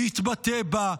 להתבטא בה,